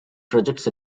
projects